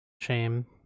Shame